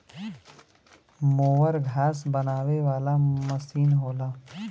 mower घास बनावे वाला मसीन होला